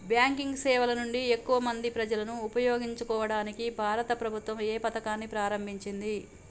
Banking సేవల నుండి ఎక్కువ మంది ప్రజలను ఉపయోగించుకోవడానికి భారత ప్రభుత్వం ఏ పథకాన్ని ప్రారంభించింది?